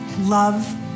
love